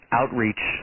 outreach